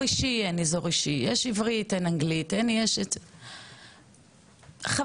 חוויה בסיסית שלנו ביחד,